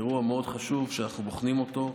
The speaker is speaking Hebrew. זה אירוע מאוד חשוב שאנחנו בוחנים אותו.